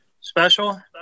special